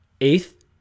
eighth